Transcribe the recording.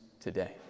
today